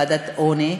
ועדת העוני,